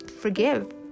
forgive